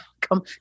come